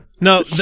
No